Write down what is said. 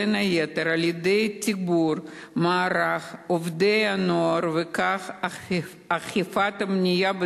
בין היתר על-ידי תגבור מערך עובדי הנוער וכן באכיפה ומניעה,